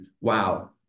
wow